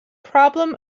problem